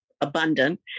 abundant